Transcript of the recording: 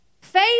faith